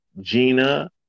Gina